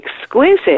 exquisite